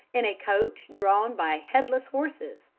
in a coach drawn by headless horses,